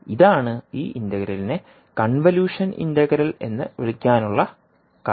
ഇതാണ് ഈ ഇന്റഗ്രലിനെ കൺവല്യൂഷൻ ഇന്റഗ്രൽ എന്ന് വിളിക്കാനുള്ള കാരണം